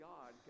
God